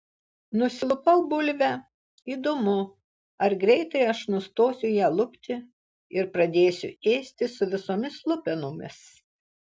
nusilupau bulvę įdomu ar greitai aš nustosiu ją lupti ir pradėsiu ėsti su visomis lupenomis